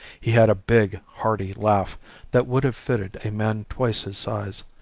he had a big, hearty laugh that would have fitted a man twice his size,